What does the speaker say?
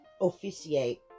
Officiate